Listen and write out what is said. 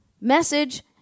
message